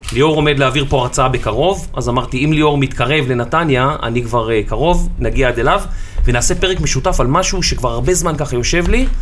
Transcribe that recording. ליאור עומד להעביר פה הרצאה בקרוב, אז אמרתי, אם ליאור מתקרב לנתניה, אני כבר קרוב, נגיע עד אליו, ונעשה פרק משותף על משהו שכבר הרבה זמן ככה יושב לי.